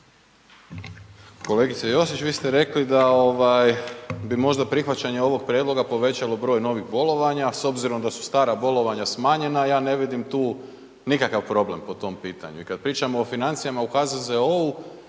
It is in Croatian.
Kolegice Josić, vi ste rekli da bi možda prihvaćanje ovog prijedloga povećalo broj novih bolovanja, s obzirom da su stara bolovanja smanjena, ja ne vidim tu nikakav problem po tom pitanju i kad pričamo o financijama u HZZO-u.